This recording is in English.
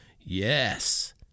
Yes